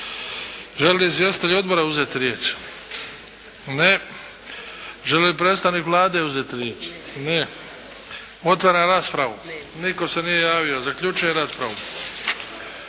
li izvjestitelji odbora uzeti riječ? Ne. Želi li predstavnik Vlade uzeti riječ? Ne. Otvaram raspravu. Nitko se nije javio. Zaključujem raspravu.